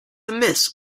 amiss